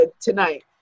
tonight